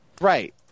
Right